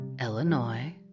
Illinois